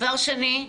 דבר שני,